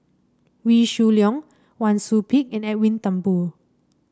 Wee Shoo Leong Wang Sui Pick and Edwin Thumboo